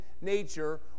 nature